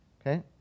Okay